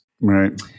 Right